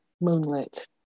moonlit